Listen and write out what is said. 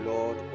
Lord